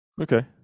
Okay